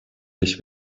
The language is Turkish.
beş